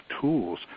tools